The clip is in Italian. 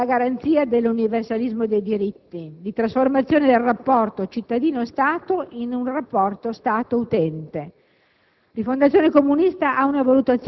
delle funzioni dello Stato dalla garanzia dell'universalismo dei diritti e di trasformazione del rapporto cittadino-Stato in un rapporto Stato-utente.